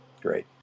Great